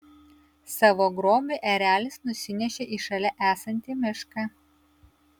savo grobį erelis nusinešė į šalia esantį mišką